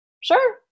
Sure